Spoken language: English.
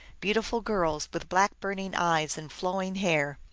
beautiful girls, with black burning eyes and flowing hair.